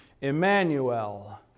Emmanuel